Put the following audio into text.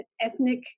ethnic